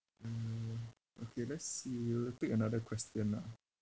mm okay let's see pick another question ah